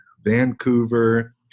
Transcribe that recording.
Vancouver